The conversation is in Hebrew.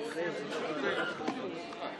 או המפלגות הגדולות אלא הגוש.